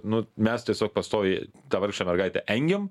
nu mes tiesiog pastoviai tą vargšę mergaitę engiam